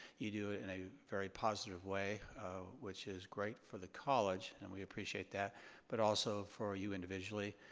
you do it in a very positive way which is great for the college and we appreciate that but also for you individually.